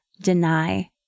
deny